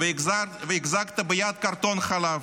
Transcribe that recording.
והחזקת ביד קרטון חלב.